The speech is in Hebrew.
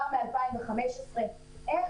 עוד מהפעם הקודמת הוא בזמנו אמר לנו הערה נכונה,